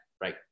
right